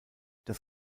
das